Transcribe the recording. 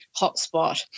hotspot